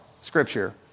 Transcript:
Scripture